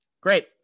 great